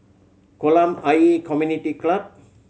Kolam Ayer Community Club